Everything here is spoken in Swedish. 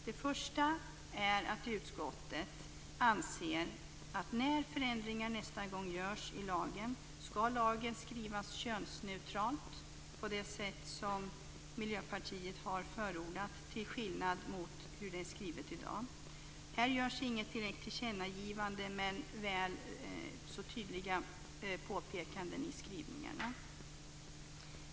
Det första är att utskottet anser att när förändringar nästa gång görs i LVM ska lagen skrivas könsneutralt, på det sätt som Miljöpartiet har förordat, till skillnad från i dag. Här görs inget tillkännagivande men väl tydliga påpekanden i skrivningarna.